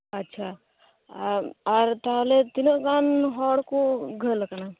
ᱟᱪ ᱪᱷᱟ ᱟᱨ ᱟᱨ ᱛᱟᱦᱞᱮ ᱛᱤᱱᱟᱹᱜ ᱜᱟᱱ ᱦᱚᱲ ᱠᱚ ᱜᱷᱟᱹᱞ ᱟᱠᱟᱱᱟ